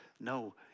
No